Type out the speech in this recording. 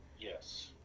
Yes